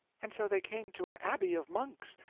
and so they came to an abbey of monks,